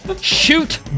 Shoot